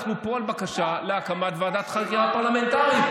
אנחנו פה על בקשה להקמת ועדת חקירה פרלמנטרית.